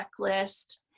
checklist